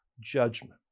judgment